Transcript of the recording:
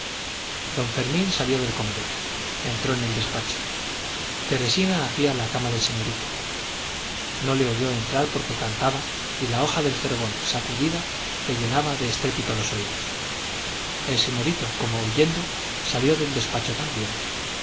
don fermín salió del comedor entró en el despacho teresina hacía la cama del señorito no le oyó entrar porque cantaba y la hoja del jergón sacudida le llenaba de estrépito los oídos el señorito como huyendo salió del despacho también